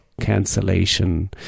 cancellation